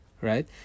right